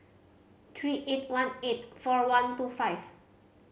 three eight one eight four one two five